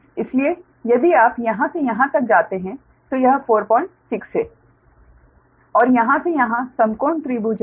इसलिए यदि आप यहां से यहां तक जाते हैं तो यह 46 है और यहां से यहां समकोण त्रिभुज है